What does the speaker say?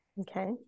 Okay